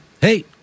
Hey